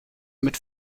mit